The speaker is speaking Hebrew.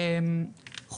קהילת הטרנסיות.